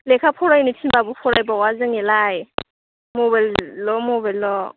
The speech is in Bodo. लेखा फरायनो थिनबाबो फरायबावा जोंनियालाय मबाइलल' मबाइलल'